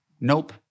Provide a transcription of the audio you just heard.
Nope